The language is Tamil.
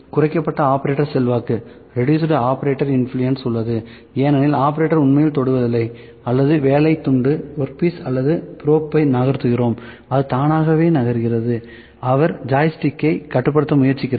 எனவே குறைக்கப்பட்ட ஆபரேட்டர் செல்வாக்கு உள்ளது ஏனெனில் ஆபரேட்டர் உண்மையில் தொடுவதில்லை அல்லது வேலை துண்டு அல்லது ப்ரோப் ஐ நகர்த்துகிறோம் அது தானாகவே நகர்கிறது அவர் ஜாய்ஸ்டிக்கைக் கட்டுப்படுத்த முயற்சிக்கிறார்